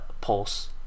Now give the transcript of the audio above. pulse